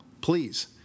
please